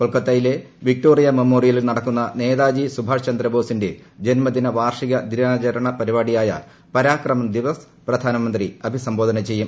കൊൽക്കത്തിയിലെ Victoria മെമ്മോറിയയിൽ നടക്കുന്ന നേതാജി സുഭാഷ് ചന്ദ്രബോസിന്റെ ജന്മദിന വാർഷിക ദിനാചരണ പരിപാടിയായ പരാക്രമം ദിവസ് പ്രധാനമന്ത്രി അഭിസംബോധന ചെയ്യും